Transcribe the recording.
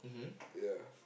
ya